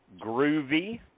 groovy